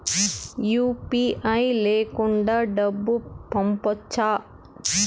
UPI లేకుండా డబ్బు పంపొచ్చా